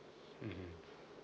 mm